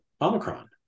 Omicron